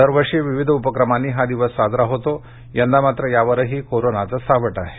दरवर्षी विविध उपक्रमांनी हा दिवस साजरा होतो यंदा मात्र यावरही कोरोनाचं सावट आहे